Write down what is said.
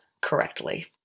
correctly